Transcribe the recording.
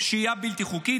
שהייה בלתי חוקית.